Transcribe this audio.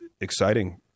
exciting